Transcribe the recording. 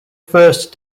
first